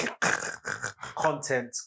content